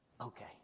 okay